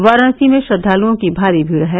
वाराणसी में श्रद्वाल्ओं की भारी भीड़ है